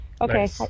okay